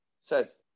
says